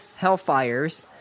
Hellfires